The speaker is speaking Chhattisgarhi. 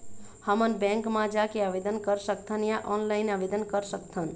हमन बैंक मा जाके आवेदन कर सकथन या ऑनलाइन आवेदन कर सकथन?